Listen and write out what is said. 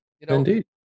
indeed